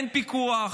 אין פיקוח,